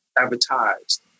advertised